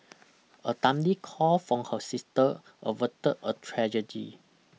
a timely call from her sister averted a tragedy